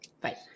Bye